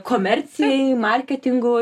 komercijai marketingui